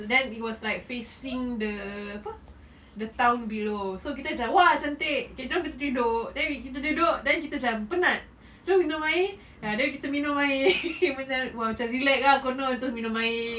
then it was like facing the apa the town below so kita macam !wah! cantik kita pun duduk then kita duduk then kita macam penat terus minum air ah then kita minum air !wah! macam relax ah konon terus minum air